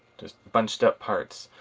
just bunched up parts.